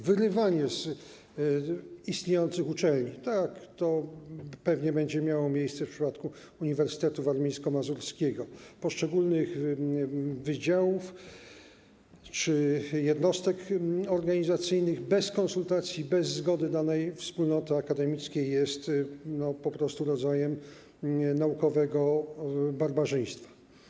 Wyrywanie z istniejących uczelni, tak jak to pewnie będzie miało miejsce w przypadku Uniwersytetu Warmińsko-Mazurskiego, poszczególnych wydziałów czy jednostek organizacyjnych bez konsultacji, bez zgody danej wspólnoty akademickiej jest po prostu rodzajem naukowego barbarzyństwa.